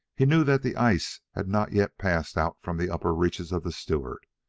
he knew that the ice had not yet passed out from the upper reaches of the stewart,